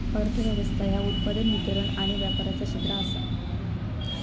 अर्थ व्यवस्था ह्या उत्पादन, वितरण आणि व्यापाराचा क्षेत्र आसा